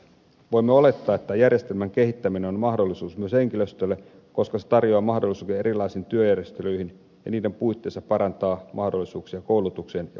voimme olettaa että järjestelmän kehittäminen on mahdollisuus myös henkilöstölle koska se tarjoaa mahdollisuuden erilaisiin työjärjestelyihin ja niiden puitteissa parantaa mahdollisuuksia koulutuksen ja osaamisen kehittämiseen